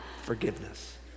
Forgiveness